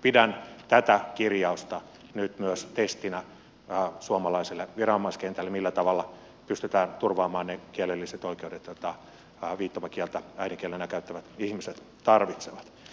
pidän tätä kirjausta nyt myös testinä suomalaiselle viranomaiskentälle siitä millä tavalla pystytään turvaamaan ne kielelliset oikeudet joita viittomakieltä äidinkielenään käyttävät ihmiset tarvitsevat